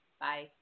Bye